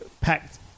packed